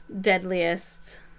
deadliest